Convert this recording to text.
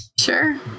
Sure